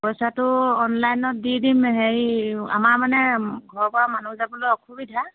পইচাটো অনলাইনত দি দিম হেৰি আমাৰ মানে ঘৰৰপৰা মানুহ যাবলৈ অসুবিধা